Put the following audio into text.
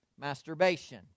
masturbation